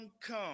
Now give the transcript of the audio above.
come